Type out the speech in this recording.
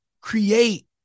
create